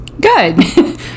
Good